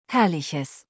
Herrliches